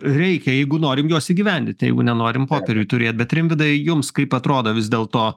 reikia jeigu norim juos įgyvendint jeigu nenorim popieriuj turėt bet rimvydai jums kaip atrodo vis dėlto